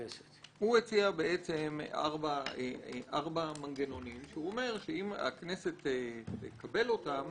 הוא הציע ארבעה מנגנונים והוא אומר שאם הכנסת תקבל אותם